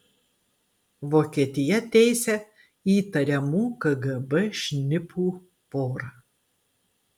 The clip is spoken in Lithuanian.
vokietija teisia įtariamų kgb šnipų porą